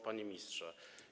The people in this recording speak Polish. Panie Ministrze!